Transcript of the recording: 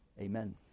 Amen